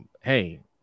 Hey